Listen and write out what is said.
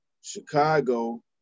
Chicago